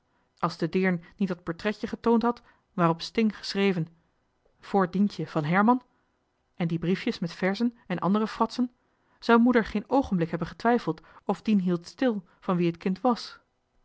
als de deern niet dat purtretje getoond had waarop sting geschreven voor dientje van herman en die briefjes met verzen en andere fratsen zou moeder geen oogenblik hebben getwijfeld of dien hield stil van wie het kind was